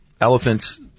elephants